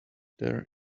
their